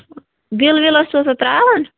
bill وِل ٲسوا ترٛاوان